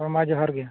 ᱦᱳᱭᱢᱟ ᱡᱚᱦᱟᱨ ᱜᱮ